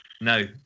No